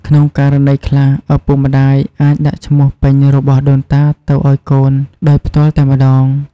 ក្នុងករណីខ្លះ ឪពុកម្តាយអាចដាក់ឈ្មោះពេញរបស់ដូនតាទៅឱ្យកូន ដោយផ្ទាល់តែម្តង។